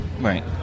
right